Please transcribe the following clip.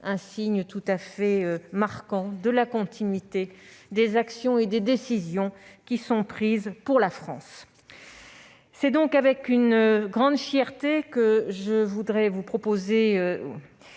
un signe tout à fait marquant de la continuité des actions et des décisions qui sont prises pour la France. C'est avec une grande fierté que je vous présente